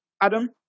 Adam